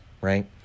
right